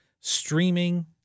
streaming